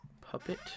Puppet